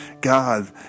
God